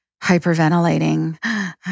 hyperventilating